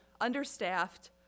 understaffed